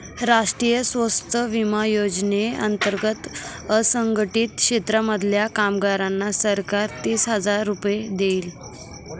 राष्ट्रीय स्वास्थ्य विमा योजने अंतर्गत असंघटित क्षेत्रांमधल्या कामगारांना सरकार तीस हजार रुपये देईल